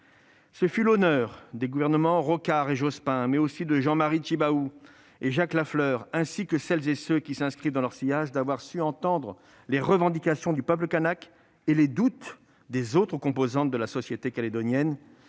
Ce fut l'honneur des gouvernements Rocard et Jospin, mais aussi de Jean-Marie Tjibaou et Jacques Lafleur, ainsi que de celles et ceux qui s'inscrivirent dans leur sillage, d'avoir su entendre les revendications du peuple kanak et les doutes des autres composantes de la société calédonienne.